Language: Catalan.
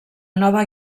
nova